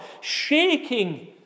Shaking